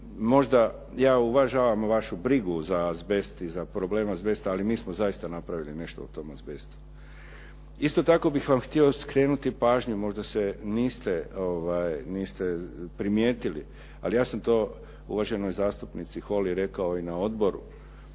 možda ja uvažavam vašu brigu za azbest i za problem azbesta, ali mi smo zaista napravili nešto u tom azbestu. Isto tako bih vam htio skrenuti pažnju, možda se niste primijetili, ali ja sam to uvaženoj zastupnici Holy rekao i na odboru,